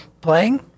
playing